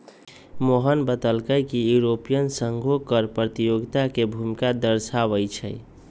मोहन बतलकई कि यूरोपीय संघो कर प्रतियोगिता के भूमिका दर्शावाई छई